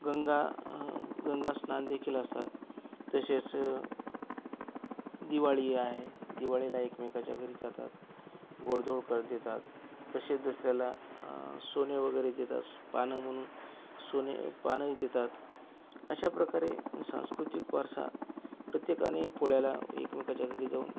गंगा गंगास्नानदेखील असतात तसेच दिवाळी आहे दिवाळीला एकमेकाच्या घरी जातात गोडधोड काही देतात तसे दसऱ्याला सोने वगैरे देतात पानं म्हणून सोने पानंही देतात अशाप्रकारे सांस्कृतिक वारसा प्रत्येकाने पोळ्याला एकमेकांच्या घरी जाऊन